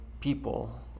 people